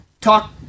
talk